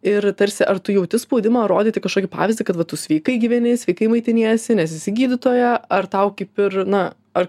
ir tarsi ar tu jauti spaudimą rodyti kažkokį pavyzdį kad va tu sveikai gyveni sveikai maitiniesi nes esi gydytoja ar tau kaip ir na ar